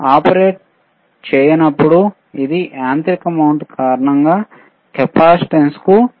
operate చేయనప్పుడు ఇది యాంత్రిక మౌంటు కారణంగా కెపాసిటెన్స్కు సమానం